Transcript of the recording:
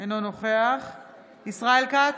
אינו נוכח ישראל כץ,